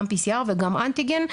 גם PCR וגם אנטיגן,